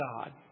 God